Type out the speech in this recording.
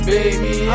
Baby